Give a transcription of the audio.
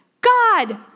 God